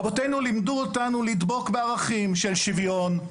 רבותינו לימדו אותנו לדבוק בערכים של שיווין,